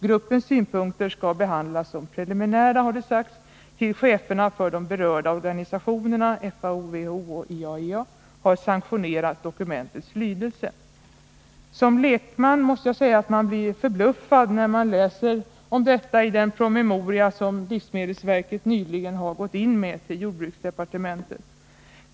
Gruppens synpunkter skall behandlas som preliminära, har det sagts, tills cheferna för de berörda organisationerna har sanktionerat dokumentets lydelse. Som lekman blir man förbluffad när man läser om detta i den promemoria som livsmedelsverket nyligen har gått in med till jordbruksdepartementet.